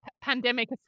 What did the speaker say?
pandemic